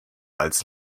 als